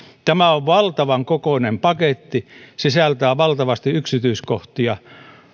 tämä on valtavan kokoinen paketti sisältää valtavasti yksityiskohtia